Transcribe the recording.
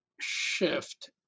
shift